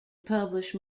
publish